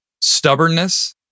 stubbornness